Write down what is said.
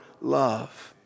love